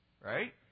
Right